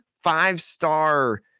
five-star